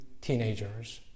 teenagers